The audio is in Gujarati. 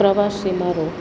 પ્રવાસ એ મારો